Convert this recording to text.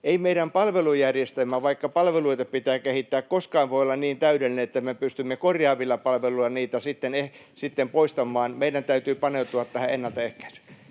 Ei meidän palvelujärjestelmä, vaikka palveluita pitää kehittää, koskaan voi olla niin täydellinen, että me pystymme korjaavilla palveluilla ongelmia sitten poistamaan. Meidän täytyy paneutua tähän ennaltaehkäisyyn.